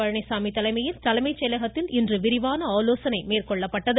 பழனிசாமி தலைமையில் இன்று தலைமைச் செயலகத்தில் விரிவான ஆலோசனை மேற்கொள்ளப்பட்டது